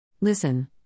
Listen